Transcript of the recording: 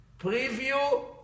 Preview